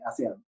ASEAN